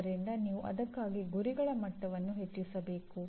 ಆದ್ದರಿಂದ ನೀವು ಅದಕ್ಕಾಗಿ ಗುರಿಗಳ ಮಟ್ಟವನ್ನು ಹೆಚ್ಚಿಸಬೇಕು